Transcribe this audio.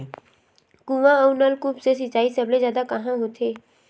कुआं अउ नलकूप से सिंचाई सबले जादा कहां होथे?